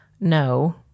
no